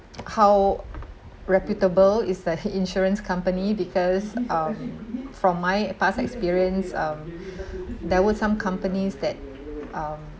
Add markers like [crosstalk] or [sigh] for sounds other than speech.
how reputable is the [breath] insurance company because um from my past experience um [breath] there were some companies that um